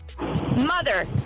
Mother